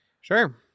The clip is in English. Sure